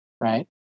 right